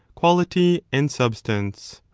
quality and substance.